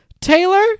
taylor